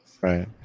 Right